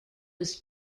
was